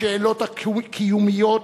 בשאלות הקיומיות,